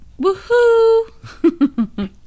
Woohoo